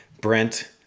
Brent